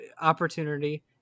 opportunity